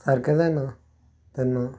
सारकें जायना तेन्ना